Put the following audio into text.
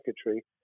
secretary